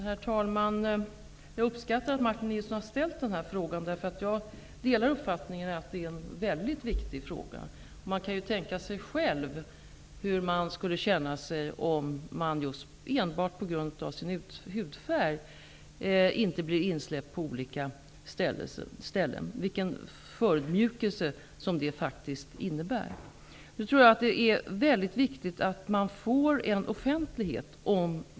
Herr talman! Jag uppskattar att Martin Nilsson har ställt denna fråga. Jag delar uppfattningen att det är en väldigt viktig fråga. Man kan tänka sig själv hur man skulle känna sig om man enbart på grund av sin hudfärg inte blir insläppt på olika ställen, dvs. vilken förödmjukelse det faktiskt skulle innebära! Jag tror att det är viktigt att det som sker blir offentligt.